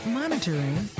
monitoring